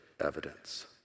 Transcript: evidence